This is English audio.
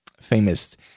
famous